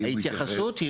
ואם הוא יתייחס?